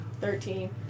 Thirteen